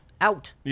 out